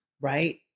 right